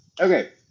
Okay